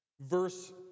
verse